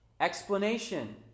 explanation